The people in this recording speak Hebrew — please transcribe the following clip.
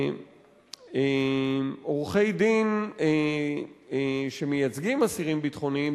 ועורכי-דין שמייצגים אסירים ביטחוניים,